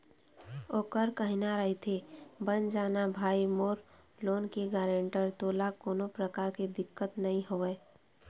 ओखर कहना रहिथे बन जाना भाई मोर लोन के गारेंटर तोला कोनो परकार के दिक्कत नइ होवय